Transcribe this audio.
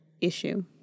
issue